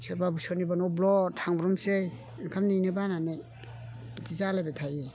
सोरबा सोरनिबा न'आव ब्ल'द थांब्रबनोसै ओंखाम नेनो बानानै बिदि जालायबाय थायो